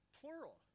plural